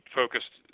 focused